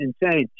insane